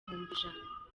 ijana